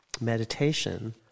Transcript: meditation